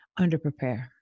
underprepare